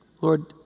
Lord